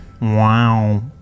wow